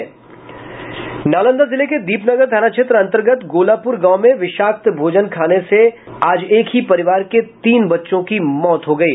नालंदा जिले के दीपनगर थाना क्षेत्र अंतर्गत गोलापूर गांव में विषाक्त भोजन खाने से आज एक ही परिवार के तीन बच्चों की मौत हो गयी